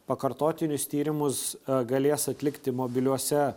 pakartotinius tyrimus galės atlikti mobiliuose